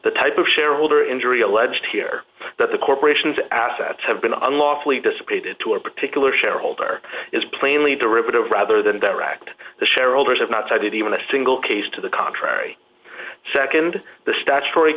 the type of shareholder injury alleged here that the corporations assets have been unlawfully dissipated to a particular shareholder is plainly derivative rather than direct the shareholders have not cited even a single case to the contrary nd the statutory